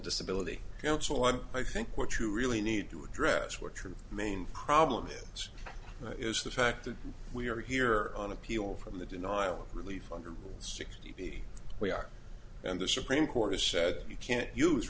disability counsel on i think what you really need to address what your main problem is is the fact that we are here on appeal from the denial of relief under sixty we are and the supreme court has said you can't use